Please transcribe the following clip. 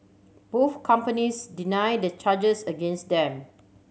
both companies deny the charges against them